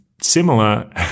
similar